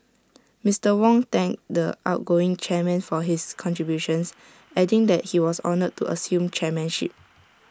Mister Wong thanked the outgoing chairman for his contributions adding that he was honoured to assume chairmanship